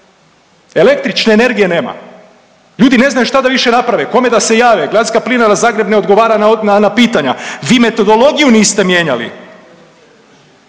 Električne energije nema. Ljudi ne znaju šta da više naprave, kome da se jave. Gradska plinara Zagreb ne odgovara na pitanja. Vi metodologiju niste mijenjali,